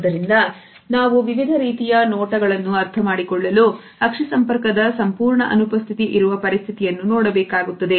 ಆದ್ದರಿಂದ ನಾವು ವಿವಿಧ ರೀತಿಯ ನೋಟಗಳನ್ನು ಅರ್ಥಮಾಡಿಕೊಳ್ಳಲು ಅಕ್ಷಿ ಸಂಪರ್ಕದ ಸಂಪೂರ್ಣ ಅನುಪಸ್ಥಿತಿ ಇರುವ ಪರಿಸ್ಥಿತಿಯನ್ನು ನೋಡಬೇಕಾಗುತ್ತದೆ